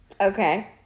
Okay